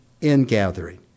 ingathering